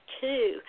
two